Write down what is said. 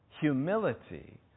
humility